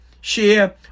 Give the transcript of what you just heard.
Share